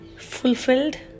fulfilled